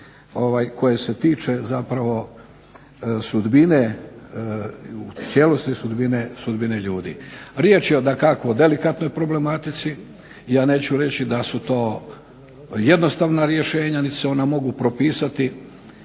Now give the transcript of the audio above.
koje se tiče zapravo sudbine, u cijelosti sudbine ljudi. Riječ je o dakako delikatnoj problematici. Ja neću reći da su to jednostavna rješenja niti se ona mogu propisati